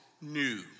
new